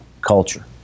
culture